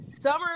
Summer